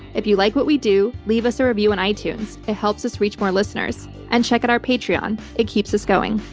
if you like what we do, leave us a review on itunes. it helps us reach more listeners. and check at our patreon it keeps us going.